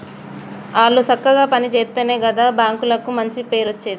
ఆళ్లు సక్కగ పని జేత్తెనే గదా బాంకులకు మంచి పేరచ్చేది